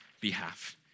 behalf